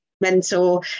mentor